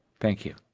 thank you